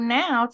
now